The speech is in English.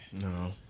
No